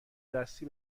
دستی